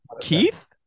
Keith